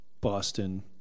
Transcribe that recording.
Boston